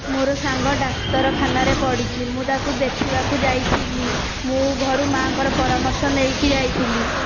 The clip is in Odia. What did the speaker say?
ମୋର ସାଙ୍ଗ ଡାକ୍ତରଖାନାରେ ପଡ଼ିଛି ମୁଁ ତାକୁ ଦେଖିବାକୁ ଯାଇଥିଲି ମୁଁ ଘରୁ ମାଅଙ୍କର ପରାମର୍ଶ ନେଇକି ଯାଇଥିଲି